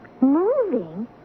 Moving